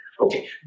Okay